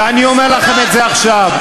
ואני אומר לכם את זה עכשיו,